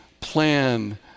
plan